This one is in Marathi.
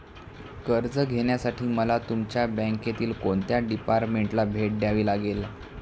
कर्ज घेण्यासाठी मला तुमच्या बँकेतील कोणत्या डिपार्टमेंटला भेट द्यावी लागेल?